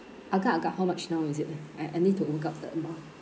agak agak how much now is it ah I I need to work out the amount